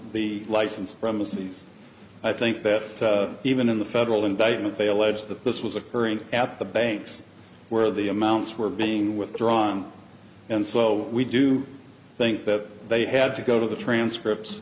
the license from the cities i think that even in the federal indictment they allege that this was occurring at the banks where the amounts were being withdrawn and so we do think that they had to go to the transcripts